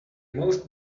most